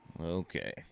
Okay